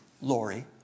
Lori